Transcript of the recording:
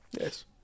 Yes